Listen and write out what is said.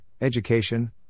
education